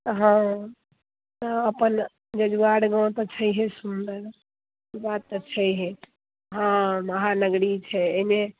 हँ अपन जजुआर गाँव तऽ छैहे सुंदर बात तऽ छैहे हँ महानगरी छै एहिमे